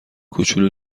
کوچولو